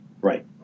Right